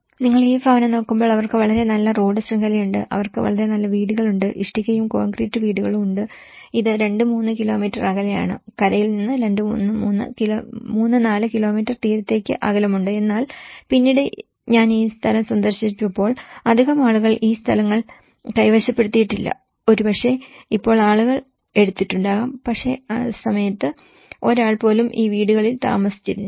നിങ്ങൾ ഈ ഭവനം നോക്കുമ്പോൾ അവർക്ക് വളരെ നല്ല റോഡ് ശൃംഖലയുണ്ട് അവർക്ക് വളരെ നല്ല വീടുകളുണ്ട് ഇഷ്ടികയും കോൺക്രീറ്റ് വീടുകളും ഉണ്ട് ഇത് 2 3 കിലോമീറ്റർ അകലെയാണ് കരയിൽ നിന്ന് 3 4 കിലോമീറ്റർ തീരത്തേക്ക് അകലമുണ്ട് എന്നാൽ പിന്നീട് ഞാൻ ഈ സ്ഥലം സന്ദർശിച്ചപ്പോൾ അധികം ആളുകൾ ഈ സ്ഥലങ്ങൾ കൈവശപ്പെടുത്തിയിട്ടില്ല ഒരുപക്ഷേ ഇപ്പോൾ ആളുകൾ എടുത്തിട്ടുണ്ടാകാം പക്ഷേ ആ സമയത്ത് ഒരാൾ പോലും ഈ വീടുകളിൽ താമസിച്ചിരുന്നില്ല